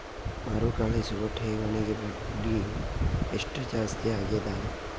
ಮರುಕಳಿಸುವ ಠೇವಣಿಗೆ ಬಡ್ಡಿ ಎಷ್ಟ ಜಾಸ್ತಿ ಆಗೆದ?